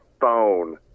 phone